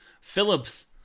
Phillips